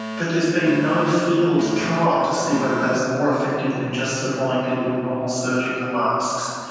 but there has been no field trial to see whether that's more effective than just supplying people with normal surgical masks.